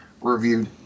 reviewed